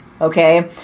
Okay